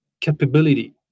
capability